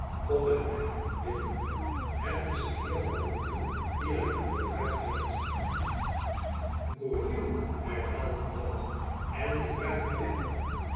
kom met my bid ik u het is de heer de gourville die naar u gevraagd heeft gourville herhaalde buat en die vraagt naar my